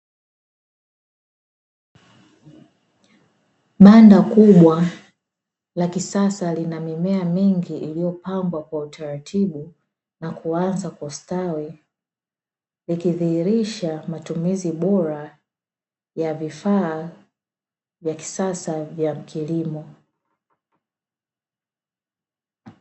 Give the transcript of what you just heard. Banda kubwa la kisasa lina mimea mingi iliyopandwa kwa utaratibu na kuanza kustawi ikidhihirisha matumizi bora ya vifaa vya kisasa vya kilimo.